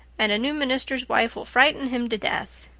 and a new minister's wife will frighten him to death.